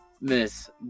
Miss